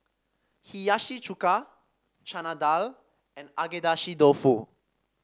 Hiyashi Chuka Chana Dal and Agedashi Dofu